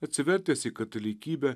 atsivertęs į katalikybę